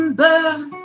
burn